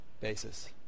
basis